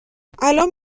الان